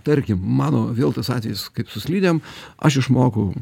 tarkim mano vėl tas atvejis kaip su slidėm aš išmokau